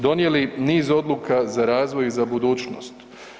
Donijeli niz odluka za razvoj i za budućnost.